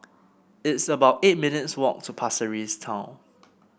it's about eight minutes' walk to Pasir Ris Town